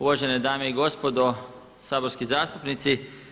Uvažene dame i gospodo saborski zastupnici.